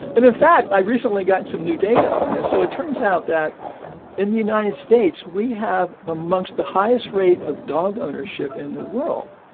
and, in fact, i recently got some new data on this. so it turns out that in the united states, we have amongst the highest rate of dog ownership in the world.